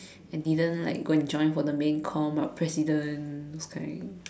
I didn't like go and join for the main com like president those kind